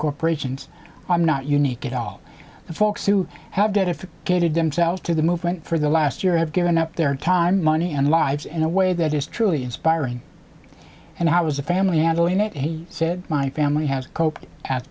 corporations i'm not unique at all the folks who have debt if gated themselves to the movement for the last year have given up their time money and lives in a way that is truly inspiring and how was the family handling it he said my family has coped at